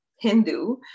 Hindu